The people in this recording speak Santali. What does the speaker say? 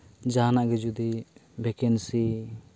ᱡᱟᱦᱟᱸᱱᱟᱜ ᱜᱮ ᱡᱩᱫᱤ ᱵᱷᱮᱠᱮᱱᱥᱤ